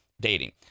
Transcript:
dating